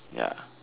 ya